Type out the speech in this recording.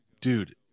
dude